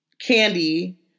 candy